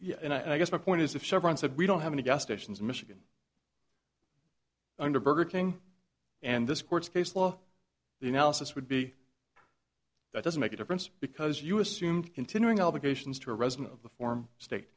yeah and i guess my point is if chevron said we don't have any gestations michigan under burger king and this court case law the analysis would be that doesn't make a difference because you assume continuing obligations to a resident of the form state